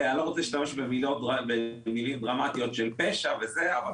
אני לא רוצה להשתמש במילים דרמטיות כמו פשע וכן הלאה אבל